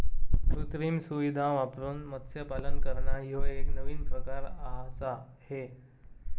कृत्रिम सुविधां वापरून मत्स्यपालन करना ह्यो एक नवीन प्रकार आआसा हे